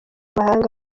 n’amahanga